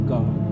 God